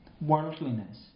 Worldliness